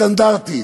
סטנדרטית.